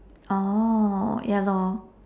oh ya lor